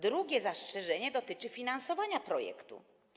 Drugie zastrzeżenie dotyczy finansowania projektu.